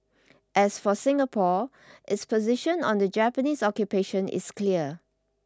as for Singapore its position on the Japanese occupation is clear